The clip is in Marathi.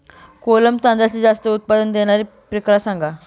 कोलम तांदळातील जास्त उत्पादन देणारे प्रकार सांगा